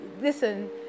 listen